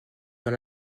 dans